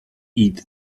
eat